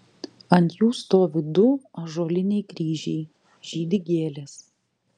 ant jų stovi du ąžuoliniai kryžiai žydi gėlės